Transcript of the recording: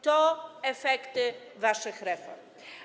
To efekty waszych reform.